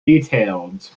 detailed